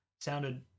sounded